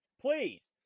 please